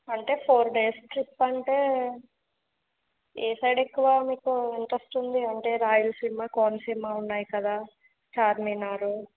అంటే four days trip అంటే ఏ సైడ్ ఎక్కువ మీకు ఇంట్రెస్ట్ ఉంది అంటే రాయలసీమ కోనసీమ ఉన్నాయి కదా చార్మినార్